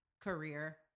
career